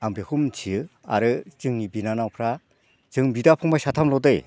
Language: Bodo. आं बेखौ मिथियो आरो जोंनि बिनानावफोरा जों बिदा फंबाय साथामल'दै